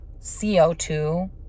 CO2